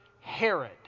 Herod